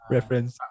Reference